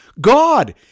God